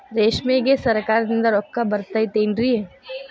ರೇಷ್ಮೆಗೆ ಸರಕಾರದಿಂದ ರೊಕ್ಕ ಬರತೈತೇನ್ರಿ?